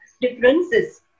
differences